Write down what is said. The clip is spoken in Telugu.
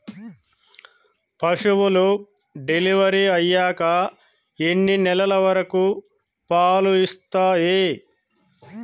పశువులు డెలివరీ అయ్యాక ఎన్ని నెలల వరకు పాలు ఇస్తాయి?